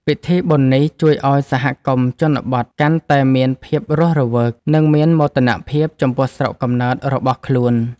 ពិធីបុណ្យនេះជួយឱ្យសហគមន៍ជនបទកាន់តែមានភាពរស់រវើក និងមានមោទនភាពចំពោះស្រុកកំណើតរបស់ខ្លួន។